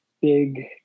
big